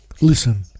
listen